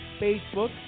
Facebook